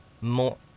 more